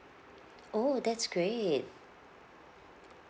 oh that's great